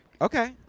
Okay